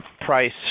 price